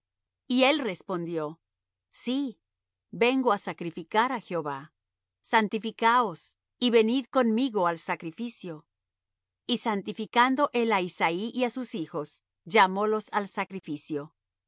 y él respondió sí vengo á sacrificar á jehová santificaos y venid conmigo al sacrificio y santificando él á isaí y á sus hijos llamólos al sacrificio